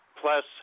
Plus